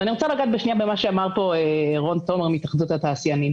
ואני רוצה לגעת שנייה במה שאמר פה רון תומר מהתאחדות התעשיינים.